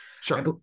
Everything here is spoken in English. Sure